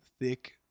thick